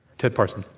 ted parson?